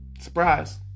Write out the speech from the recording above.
Surprise